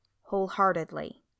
wholeheartedly